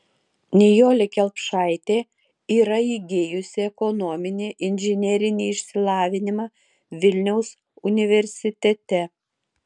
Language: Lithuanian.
nijolė kelpšaitė yra įgijusi ekonominį inžinerinį išsilavinimą vilniaus universitete